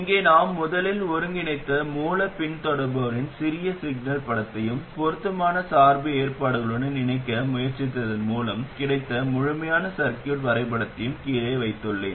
இங்கே நாம் முதலில் ஒருங்கிணைத்த மூலப் பின்தொடர்பவரின் சிறிய சிக்னல் படத்தையும் பொருத்தமான சார்பு ஏற்பாடுகளுடன் இணைக்க முயற்சித்ததன் மூலம் கிடைத்த முழுமையான சர்கியூட் வரைபடத்தையும் கீழே வைத்துள்ளேன்